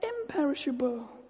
imperishable